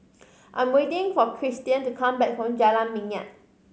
I'm waiting for Christian to come back from Jalan Minyak